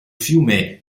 fiume